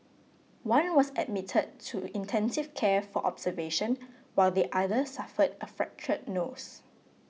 one was admitted to intensive care for observation while the other suffered a fractured nose